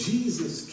Jesus